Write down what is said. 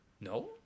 No